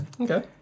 Okay